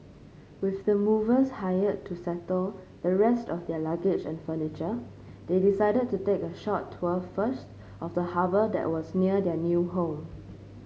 with the movers hired to settle the rest of their luggage and furniture they decided to take a short tour first of the harbour that was near their new home